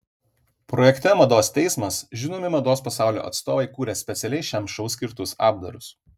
projekte mados teismas žinomi mados pasaulio atstovai kūrė specialiai šiam šou skirtus apdarus